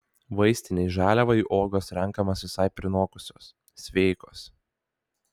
vaistinei žaliavai uogos renkamos visai prinokusios sveikos